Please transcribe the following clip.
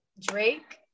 Drake